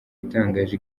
itangaje